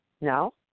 No